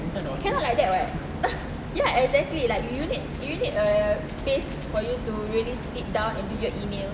cannot like that what ya exactly like you need you need a space for you to really sit down and read your email